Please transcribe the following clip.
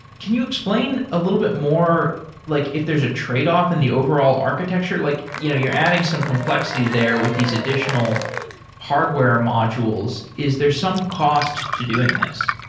can you explain a little bit more like if there's a tradeoff in the overall architecture? like you know you're adding some complexity there with these additional hardware modules. is there some cost to doing this?